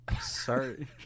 Sorry